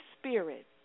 Spirit